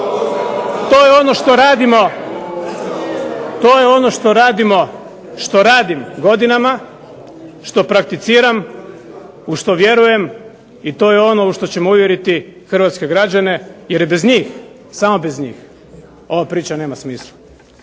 To je ono što radimo godinama, što prakticiram, u što vjerujem i to je ono u što ćemo uvjeriti hrvatske građane jer bez njih i samo bez njih ova priča nema smisla.